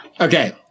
Okay